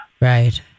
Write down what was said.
right